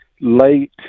late –